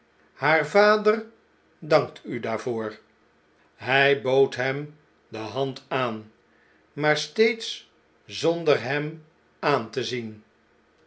haar vader dankt u daarvoor hij bood hem de hand aan maar steeds zonder hem aan te zien